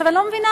אני לא מבינה,